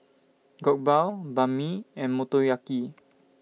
Jokbal Banh MI and Motoyaki